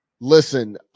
Listen